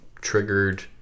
triggered